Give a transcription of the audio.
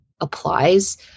applies